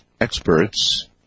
experts